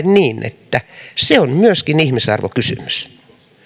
niin että se on myöskin ihmisarvokysymys